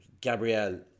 Gabrielle